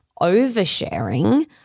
oversharing